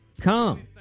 Come